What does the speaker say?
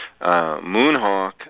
Moonhawk